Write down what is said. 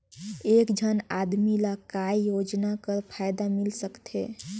एक झन आदमी ला काय योजना कर फायदा मिल सकथे?